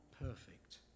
perfect